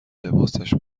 لباسش